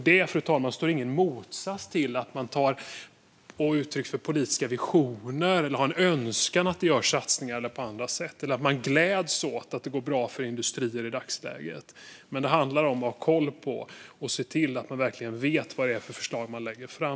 Detta, fru talman, står inte i motsats till att man ger uttryck för politiska visioner, har en önskan att det görs satsningar eller gläds åt att det går bra för industrier i dagsläget. Det handlar dock om att se till att man verkligen vet vad det är för förslag man lägger fram.